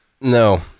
No